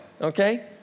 okay